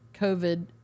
COVID